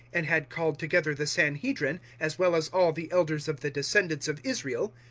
and had called together the sanhedrin as well as all the elders of the descendants of israel,